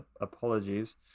apologies